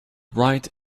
write